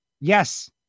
Yes